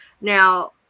Now